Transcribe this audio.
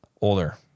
older